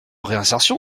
réinsertion